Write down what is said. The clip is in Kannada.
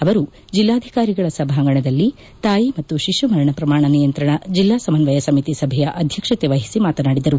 ಅವರು ಜಿಲ್ಲಾಧಿಕಾರಿಗಳ ಸಭಾಂಗಣದಲ್ಲಿ ತಾಯಿ ಮತ್ತು ಮರಣ ಪ್ರಮಾಣ ನಿಯಂತ್ರಣ ಜಿಲ್ಲಾ ಸಮನ್ವಯ ಸಮಿತಿ ಸಭೆಯ ಅಧ್ಯಕ್ಷತೆ ವಹಿಸಿ ಮಾತನಾಡಿದರು